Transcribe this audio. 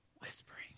whispering